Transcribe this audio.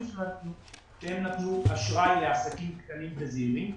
שהם נתנו אשראי לעסקים קטנים וזעירים.